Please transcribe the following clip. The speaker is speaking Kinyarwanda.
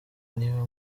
niba